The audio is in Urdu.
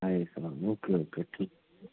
ایسا اوکے اوکے ٹھیک